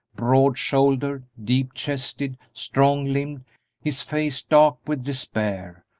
broad-shouldered, deep-chested, strong-limbed his face dark with despair,